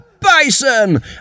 bison